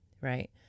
right